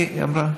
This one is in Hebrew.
היא אמרה.